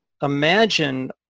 Imagine